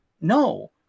no